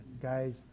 Guys